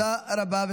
תודה רבה.